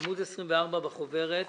עמוד 24 בחוברת,